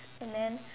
and then